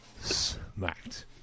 smacked